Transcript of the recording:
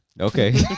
Okay